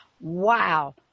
Wow